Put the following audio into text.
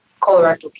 colorectal